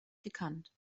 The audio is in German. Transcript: gekannt